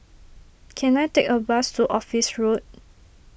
can I take a bus to Office Road